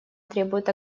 требует